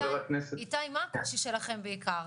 איתי, מה הקושי שלכם בעיקר?